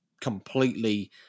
completely